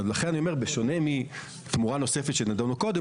בשונה מתמורה נוספת שנדונה קודם,